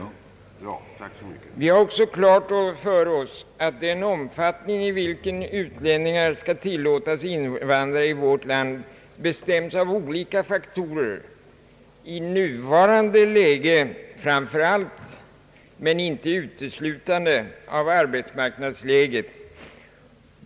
Vi har också klart för oss att den omfattning i vilken utlänningar skall tilllåtas invandra i vårt land bestäms av olika faktorer, i nuvarande läge framför allt — men inte uteslutande — av arbetsmarknadsläget.